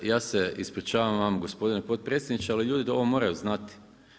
Da, ja se ispričavam vama gospodine potpredsjedniče, ali ljudi ovo moraju znati.